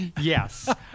Yes